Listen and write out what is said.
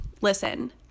listen